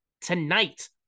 tonight